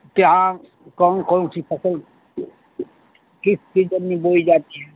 क्या कौन कौन सी फसल किस सीजन में बोई जाती है